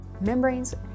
Membranes